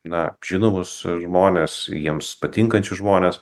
na žinomus žmones jiems patinkančius žmones